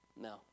No